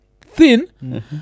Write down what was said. thin